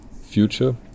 future